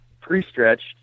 pre-stretched